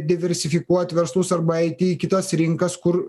diversifikuot verslus arba eiti į kitas rinkas kur